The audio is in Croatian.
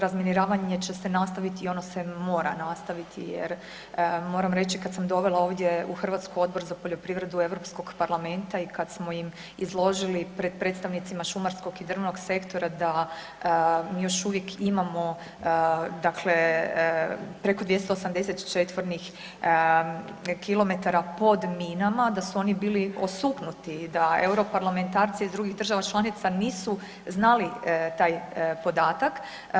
Razminiravanje će se nastaviti i ono se mora nastaviti, jer moram reći kada sam dovela ovdje u Hrvatsku Odbor za poljoprivredu Europskog parlamenta i kada smo im izložili predstavnicima šumarskog i drvnog sektora da mi još uvijek imamo preko 280 četvornih kilometara pod minama, da su oni bili osuknuti i da europarlamentarci iz drugih država članica nisu znali taj podataka.